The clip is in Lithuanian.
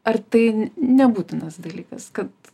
ar tai nebūtinas dalykas kad